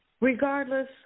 Regardless